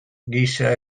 giza